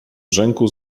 brzęku